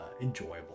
enjoyable